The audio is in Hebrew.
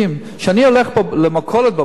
כשאני הולך למכולת בבוקר